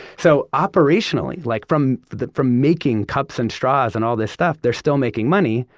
so operationally, like, from from making cups and straws and all this stuff, they're still making money.